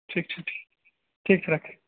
ठीक छै ठीक छै राखू